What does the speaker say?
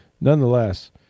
Nonetheless